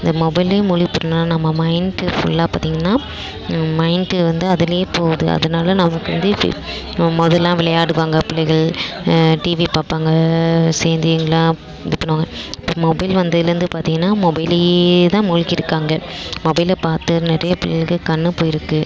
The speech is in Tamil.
இந்த மொபைல்லேயும் மூழ்கிப்போன நம்ம மைண்டு ஃபுல்லா பார்த்திங்கனா மைண்டு வந்து அதிலயே போகுது அதனால நமக்கு வந்து இப்போ மொதலெலாம் விளையாடுவாங்க பிள்ளைகள் டிவி பார்ப்பாங்க சேர்ந்து எங்கேலாம் இது பண்ணுவாங்க இப்போ மொபைல் வந்ததிலேந்து பார்த்திங்கனா மொபைலிலே தான் மூழ்கியிருக்காங்க மொபைலில் பார்த்து நிறையா பிள்ளைகளுக்கு கண் போயிருக்கு